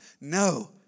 no